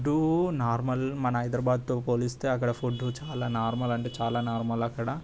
food normal మన హైదరాబాద్తో పోలిస్తే అక్కడ ఫుడ్డు చాలా నార్మల్ అంటే చాలా నార్మల్ అక్కడ